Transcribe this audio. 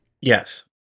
Yes